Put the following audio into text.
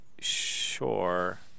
Sure